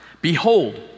Behold